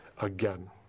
again